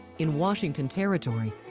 in washington territory,